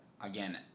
Again